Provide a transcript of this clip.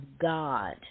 God